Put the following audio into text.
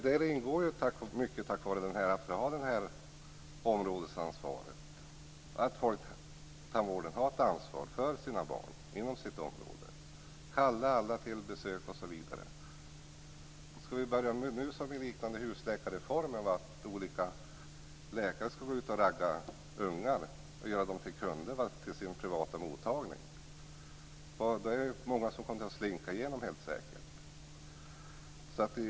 Det fungerar tack vare områdesansvaret, att folktandvården har ett ansvar för barnen inom sitt område och kallar alla till besök osv. Skall vi nu börja med någonting som liknar husläkarreformen, så att olika läkare går ut och raggar ungar och gör dem till kunder i sin privata mottagning? Då kommer många helt säkert att slinka igenom.